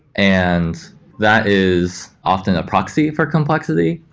and that is often a proxy for complexity,